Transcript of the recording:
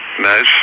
Nice